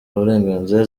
burenganzira